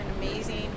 amazing